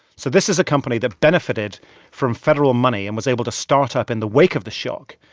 so this is a company that benefited from federal money and was able to start up in the wake of the shock.